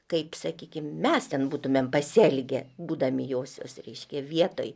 kaip sakykim mes ten būtumėm pasielgę būdami josios reiškia vietoj